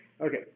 Okay